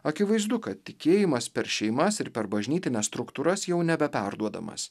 akivaizdu kad tikėjimas per šeimas ir per bažnytines struktūras jau nebe perduodamas